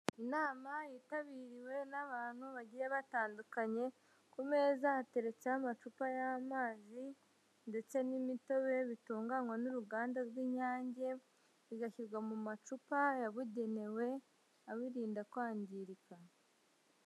Inama yitabiriwe n'abantu bagiye batandukanye ku meza hateretseho amacupa y'amazi ndetse n'imitobe bitunganywa n'uruganda rw'inyange bigashyirwa mu macupa yabugenewe abiririnda kwangirika.